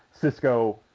Cisco